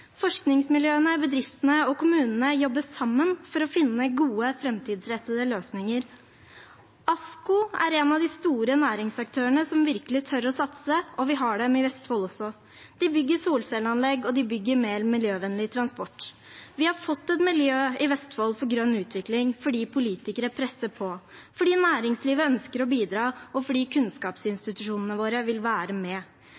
Forskningsmiljøene, bedriftene og kommunene jobber sammen for å finne gode framtidsrettede løsninger. ASKO er en av de store næringsaktørene som virkelig tør å satse, og vi har dem i Vestfold også. De bygger solcelleanlegg, og de bygger mer miljøvennlig transport. Vi har fått et miljø i Vestfold for grønn utvikling fordi politikere presser på, fordi næringslivet ønsker å bidra og fordi